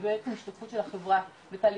היא בעצם השתקפות של החברה,